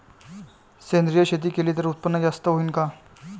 सेंद्रिय शेती केली त उत्पन्न जास्त होईन का?